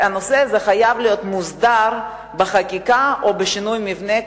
והנושא הזה חייב להיות מוסדר בחקיקה או בשינוי מבנה,